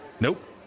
Nope